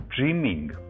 dreaming